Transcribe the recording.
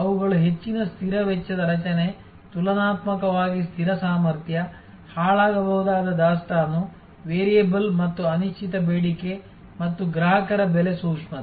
ಅವುಗಳು ಹೆಚ್ಚಿನ ಸ್ಥಿರ ವೆಚ್ಚದ ರಚನೆ ತುಲನಾತ್ಮಕವಾಗಿ ಸ್ಥಿರ ಸಾಮರ್ಥ್ಯ ಹಾಳಾಗಬಹುದಾದ ದಾಸ್ತಾನು ವೇರಿಯಬಲ್ ಮತ್ತು ಅನಿಶ್ಚಿತ ಬೇಡಿಕೆ ಮತ್ತು ಗ್ರಾಹಕರ ಬೆಲೆ ಸೂಕ್ಷ್ಮತೆ